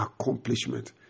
accomplishment